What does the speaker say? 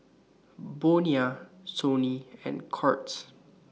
Bonia Sony and Courts